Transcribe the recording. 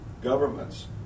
governments